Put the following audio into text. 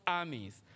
armies